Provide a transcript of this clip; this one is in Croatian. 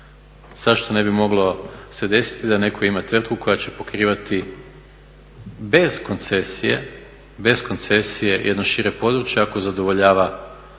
Zašto ne bi moglo se desiti da netko ima tvrtku koja će pokrivati bez koncesije jedno šire područje ako zadovoljava